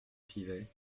pivet